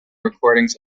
recordings